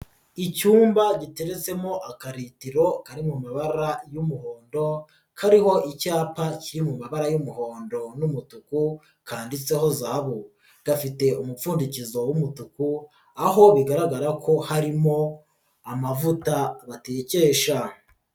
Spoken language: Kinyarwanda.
Icyumba giteretsemo akaritiro kari mu mababa y'umuhondo, kariho icyapa kiri mabara y'umuhondo n'umutuku, kanditseho zahabu, gafite umupfundikizo w'umutuku, aho bigaragara ko harimo amavuta batekesha.